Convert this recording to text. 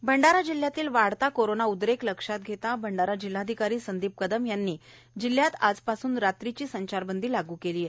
संचारबंदी भंडारा जिल्हातील वाढता कोरोनाचा उद्रेक लक्षात घेता भंडारा जिल्हाधिकारी संदीप कदम यांनी भंडारा जिल्ह्यात आजपासून रात्रीची संचार बंदी लागू केली आहे